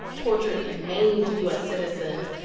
tortured and maimed u s. citizens.